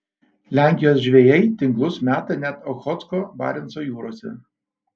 lenkijos žvejai tinklus meta net ochotsko barenco jūrose